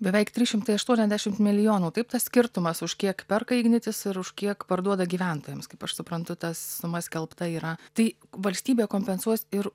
beveik trys šimtai aštuoniasdešimt milijonų taip tas skirtumas už kiek perka ignitis ir už kiek parduoda gyventojams kaip aš suprantu ta suma skelbta yra tai valstybė kompensuos ir